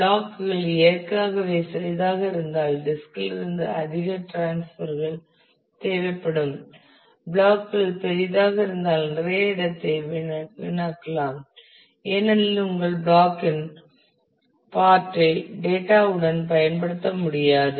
black கள் இயற்கையாகவே சிறியதாக இருந்தால் டிஸ்கில் இருந்து அதிக டிரான்ஸ்பர்கள் தேவைப்படும் பிளாக் கள் பெரிதாக இருந்தால் நிறைய இடத்தை வீணாக்கலாம் ஏனெனில் உங்கள் பிளாக் இன் பார்ட் ஐ டேட்டா உடன் பயன்படுத்த முடியாது